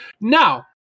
Now